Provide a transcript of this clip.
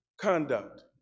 conduct